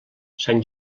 sant